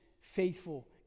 faithful